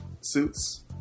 suits